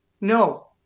No